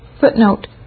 Footnote